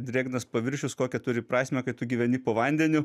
drėgnas paviršius kokią turi prasmę kai tu gyveni po vandeniu